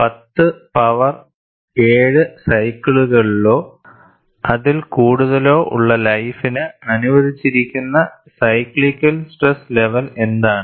10 power 7 സൈക്കിളുകളോ അതിൽ കൂടുതലോ ഉള്ള ലൈഫിന് അനുവദിച്ചിരിക്കുന്ന സൈക്ലിക്കൽ സ്ട്രെസ് ലെവൽ എന്താണ്